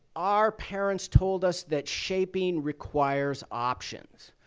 our parents told us that shaping requires options.